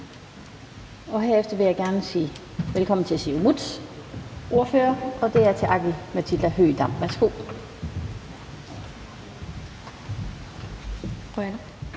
af. Herefter vil jeg gerne sige velkommen til Siumuts ordfører, og det er Aki-Matilda Høegh-Dam. Værsgo.